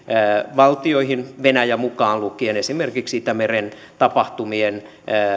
valtioihin venäjä mukaan lukien esimerkiksi itämeren tapahtumien